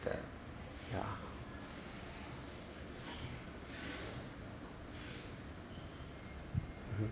ya mmhmm